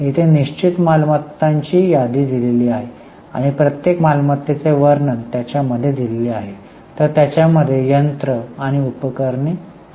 इथे निश्चित मालमत्तांची यादी दिलेली आहे आणि प्रत्येक मालमत्तेचे वर्णन त्याच्या मध्ये दिलेले आहे तर त्याच्या मध्ये यंत्र आणि उपकरणे वर्णिले आहे